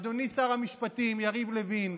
אדוני שר המשפטים יריב לוין,